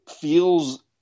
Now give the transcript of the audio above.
feels